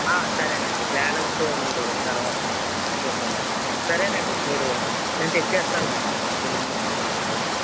సరే అండి బ్యాలెన్స్ మీరు తర్వాత చూద్దాం అండి సరే అండి మీరు నేను తెచ్చి ఇస్తానులేండి ఎల్లుండి సోమవారం పొద్దున్న